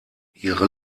ihre